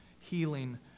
Healing